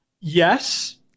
Yes